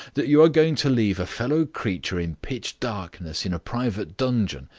that you are going to leave a fellow creature in pitch darkness in a private dungeon,